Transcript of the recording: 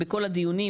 בכל הדיונים,